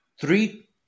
three